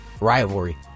rivalry